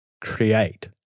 create